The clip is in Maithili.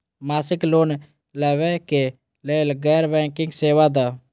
मासिक लोन लैवा कै लैल गैर बैंकिंग सेवा द?